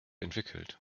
entwickelt